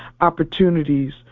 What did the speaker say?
opportunities